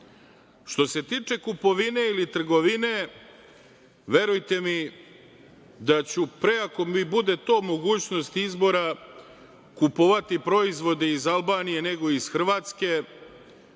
se tiče kupovine ili trgovine, verujte mi, da ću pre ako mi bude to mogućnost izbora kupovati proizvode iz Albanije nego iz Hrvatske,